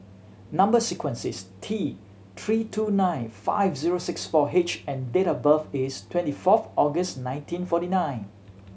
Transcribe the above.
number sequence is T Three two nine five zero six four H and date of birth is twenty fourth August nineteen forty nine